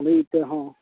ᱵᱷᱚᱰᱤ ᱤᱛᱟᱹ ᱦᱚᱸ